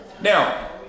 Now